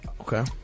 Okay